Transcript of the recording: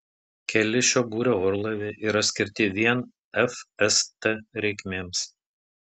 keli šio būrio orlaiviai yra skirti vien fst reikmėms